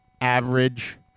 average